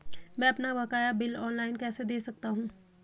मैं अपना बकाया बिल ऑनलाइन कैसे दें सकता हूँ?